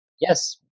Yes